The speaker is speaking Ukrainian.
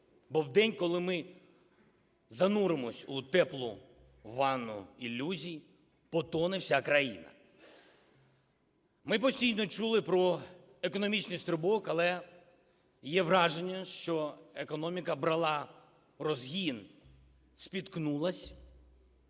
Бо в день, коли ми зануримось у теплу ванну ілюзій, потоне вся країна. Ми постійно чули про економічний стрибок, але є враження, що економіка брала розгін, спіткнулась